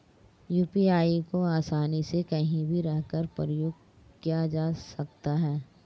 UPI को आसानी से कहीं भी रहकर प्रयोग किया जा सकता है